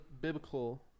biblical